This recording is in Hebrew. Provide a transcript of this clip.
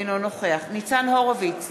אינו נוכח ניצן הורוביץ,